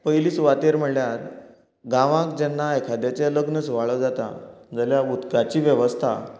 पयलीं सुवातेर म्हळ्यार गांवांत जेन्ना एखाद्याचें लग्न सुवाळो जाता जाल्यार उदकाची वेवस्था